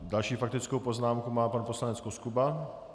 Další faktickou poznámku má pan poslanec Koskuba.